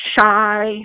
shy